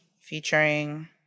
featuring